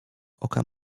oka